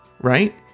right